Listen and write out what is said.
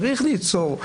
צריך ליצור,